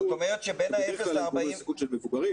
זה גורמי סיכון שבדרך כלל הם גורמי סיכון של מבוגרים,